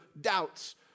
doubts